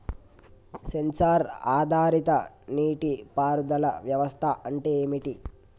Censor ఆధారిత నీటి పారుదల వ్యవస్థ అంటే ఏమిటి?